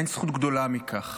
אין זכות גדולה מכך.